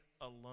alone